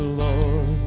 lord